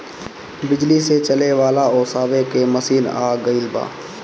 बिजली से चले वाला ओसावे के मशीन आ गइल बा